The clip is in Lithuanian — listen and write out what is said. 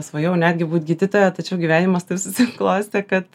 svajojau netgi būt gydytoja tačiau gyvenimas taip susiklostė kad